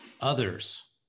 others